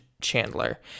chandler